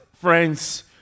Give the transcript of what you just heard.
friends